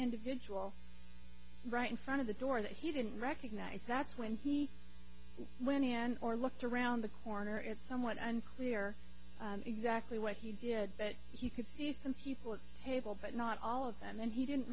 individual right in front of the door that he didn't recognize that's when he went in and or looked around the corner it's somewhat unclear exactly what he did that he could see some people table but not all of them and he didn't